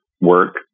work